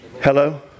Hello